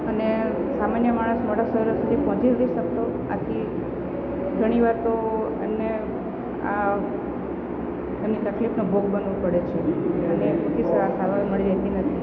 અને સામાન્ય માણસ મોટા શહેરો સુધી પહોંચી નથી શકતો આથી ઘણીવાર તો એમને આ એમની તકલીફનો ભોગ બનવું પડે છે અને પૂરતી સારવાર મળી રહેતી નથી